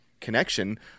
connection